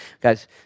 Guys